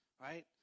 right